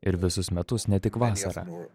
ir visus metus ne tik vasarą